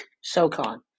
SOCON